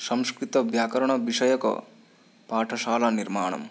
संस्कृतव्याकरणविषयकपाठशालानिर्माणं